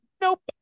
Nope